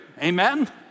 Amen